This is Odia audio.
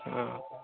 ହଁ